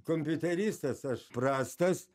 kompiuteristas aš prastas